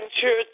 Church